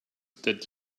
that